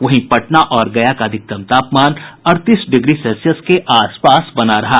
वहीं पटना और गया का अधिकतम तापमान अड़तीस डिग्री सेल्सियस के आसपास बना रहा